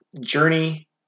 journey